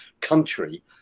country